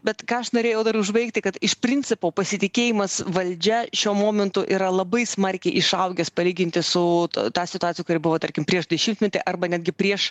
bet ką aš norėjau dar užbaigti kad iš principo pasitikėjimas valdžia šiuo momentu yra labai smarkiai išaugęs palyginti su ta situacija kuri buvo tarkim prieš dešimtmetį arba netgi prieš